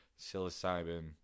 psilocybin